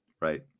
Right